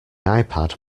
ipad